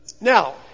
Now